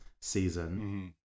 season